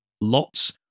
lots